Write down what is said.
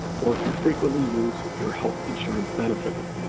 or if you frequently use your health insurance benefits.